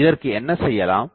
இதற்கு என்ன செய்யலாம்